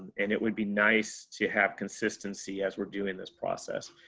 and it would be nice to have consistency as we're doing this process.